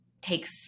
takes